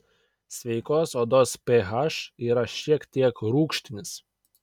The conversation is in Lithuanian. sveikos odos ph yra šiek tiek rūgštinis